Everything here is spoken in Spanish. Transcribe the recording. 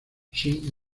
shin